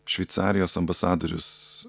šveicarijos ambasadorius